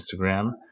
Instagram